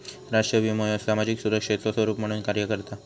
राष्ट्रीय विमो ह्यो सामाजिक सुरक्षेचो स्वरूप म्हणून कार्य करता